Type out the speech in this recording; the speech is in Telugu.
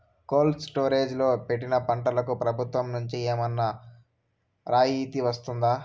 కోల్డ్ స్టోరేజ్ లో పెట్టిన పంటకు ప్రభుత్వం నుంచి ఏమన్నా రాయితీ వస్తుందా?